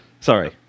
Sorry